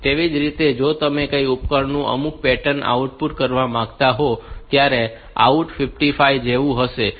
તેવી જ રીતે જો તમે કોઈ ઉપકરણમાં અમુક પેટર્ન આઉટપુટ કરવા માંગતા હોવ તો તમારે OUT 55 જેવું કહેવું પડશે